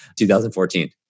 2014